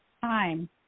time